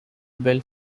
bell